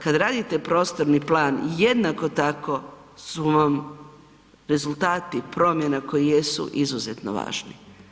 Kada radite prostorni plan jednako tako su vam rezultati promjena koje jesu izuzetno važno.